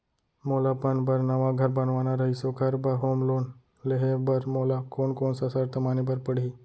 मोला अपन बर नवा घर बनवाना रहिस ओखर बर होम लोन लेहे बर मोला कोन कोन सा शर्त माने बर पड़ही?